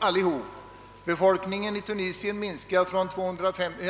Den europeiska befolkningen i Tunisien minskade från 250